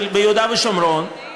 ביהודה ושומרון,